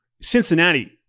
Cincinnati